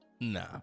Nah